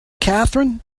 catherine